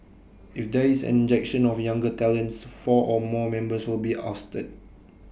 if there is an injection of younger talents four or more members will be ousted